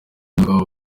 abagabo